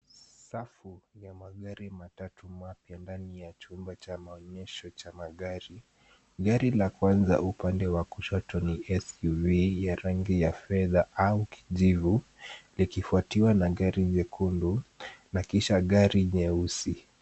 Safi ya magari matatu mapya ndani ya maonyesho cha magari. Gari la kwanza upande wa kushoto ni SUV la rangi ya fedha au kijivu likifuatiwa na gari jekundu na kisha rangi jeusi.